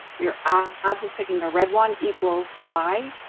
your ah odds of picking a red one equal y,